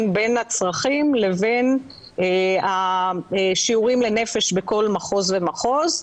בין הצרכים לבין השיעורים לנפש בכל מחוז ומחוז,